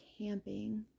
camping